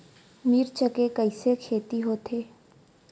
मिर्च के कइसे खेती होथे?